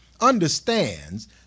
Understands